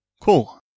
Cool